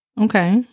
Okay